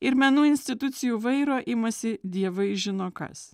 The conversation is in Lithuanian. ir menų institucijų vairo imasi dievai žino kas